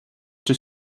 too